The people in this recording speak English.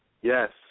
Yes